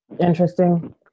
interesting